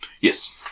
Yes